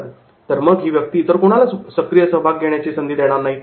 तर मग ती व्यक्ती इतर कोणालाच सक्रिय सहभाग घेण्याची संधी देणार नाही